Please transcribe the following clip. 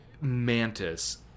Mantis